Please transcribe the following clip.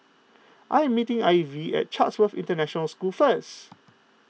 I am meeting Ivey at Chatsworth International School first